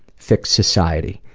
fix society,